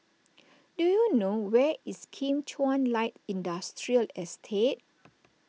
do you know where is Kim Chuan Light Industrial Estate